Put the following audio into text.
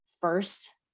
first